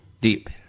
Deep